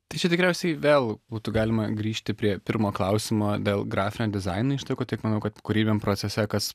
tai čia tikriausiai vėl būtų galima grįžti prie pirmo klausimo dėl grafinio dizaino ištakų taip manau kad kūrybiniam procese kas